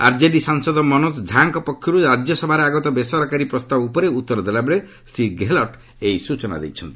RJD ସାଂସଦ ମନୋଜ ଝାଙ୍କ ପକ୍ଷରୁ ରାଜ୍ୟସଭାରେ ଆଗତ ବେସରକାରୀ ପ୍ରସ୍ତାବ ଉପରେ ଉତ୍ତର ଦେଲାବେଳେ ଶ୍ରୀ ଗେହଲଟ୍ ଏହା କହିଛନ୍ତି